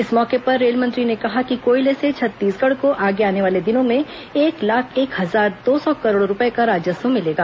इस मौके पर रेल मंत्री ने कहा कि कोयले से छत्तीसगढ़ को आगे आने वाले दिनों में एक लाख एक हजार दो सौ करोड़ रुपए का राजस्व मिलेगा